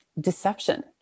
deception